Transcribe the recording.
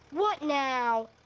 what now?